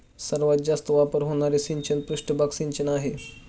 सर्वात जास्त वापर होणारे सिंचन पृष्ठभाग सिंचन आहे